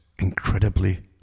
incredibly